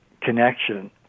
connection